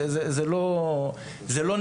זה לא נעלם.